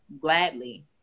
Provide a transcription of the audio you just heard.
gladly